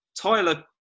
Tyler